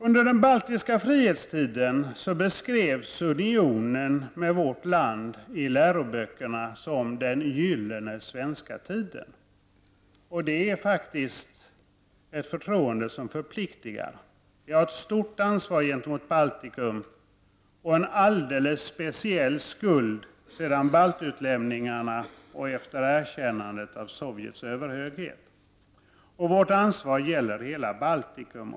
Under den baltiska frihetstiden beskrevs unionen med vårt land i läroböckerna som den gyllene svenska tiden. Det är faktiskt ett förtroende som förpliktigar. Vi har ett stort ansvar gentemot Baltikum och en alldeles speciell skuld sedan baltutlämningarna och efter erkännandet av Sovjets överhöghet. Vårt ansvar gäller hela Baltikum.